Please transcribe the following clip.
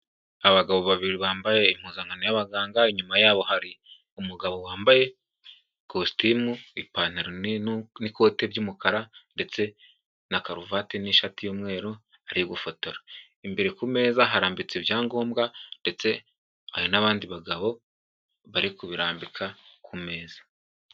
Abagabo babiri bambaye impuzankano y'abaganga, inyuma yabo hari umugabo wambaye ikositimu ipantaro nini n'ikoti ry'umukara, ndetse na karuvati n'ishati y'umweru ari gufotora. Imbere ku meza harambitse ibyangombwa ndetse hari n'abandi bagabo bari kubirambika ku meza.